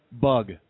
bug